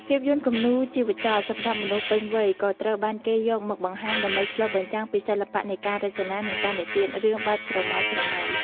ភាពយន្តគំនូរជីវចល សម្រាប់មនុស្សពេញវ័យ ក៏ត្រូវបានគេយកមកបង្ហាញដើម្បីឆ្លុះបញ្ចាំងពីសិល្បៈនៃការរចនា និងការនិទានរឿងបែបស្រមើស្រមៃ។